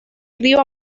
río